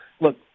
Look